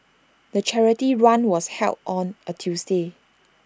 the charity run was held on A Tuesday